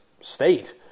state